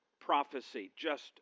prophecy—just